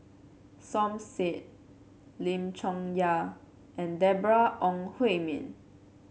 Som Said Lim Chong Yah and Deborah Ong Hui Min